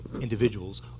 individuals